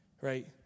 Right